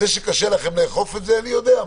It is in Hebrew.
זה שקשה לכם לאכוף את זה, אני יודע.